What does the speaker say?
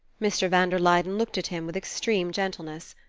mr. van der luyden looked at him with extreme gentleness.